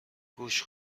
گوش